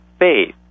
faith